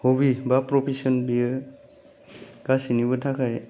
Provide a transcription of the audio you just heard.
हबि बा प्रफेसन बेयो गासैनिबो थाखाय